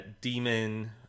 demon